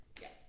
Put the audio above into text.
yes